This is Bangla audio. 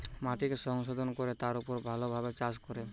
মাটিকে সংশোধন কোরে তার উপর ভালো ভাবে চাষ করে